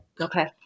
Okay